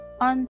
on